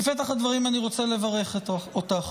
בפתח הדברים אני רוצה לברך אותך.